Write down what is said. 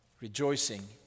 Rejoicing